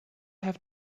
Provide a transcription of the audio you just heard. have